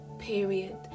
period